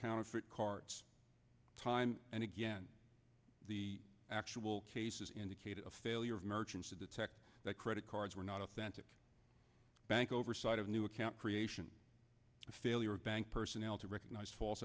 counterfeit carts time and again the actual cases indicated a failure of merchants to detect that credit cards were not authentic bank oversight of new account creation the failure of bank personnel to recognize false